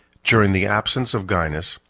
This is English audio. during the absence of gainas,